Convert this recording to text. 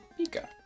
Pika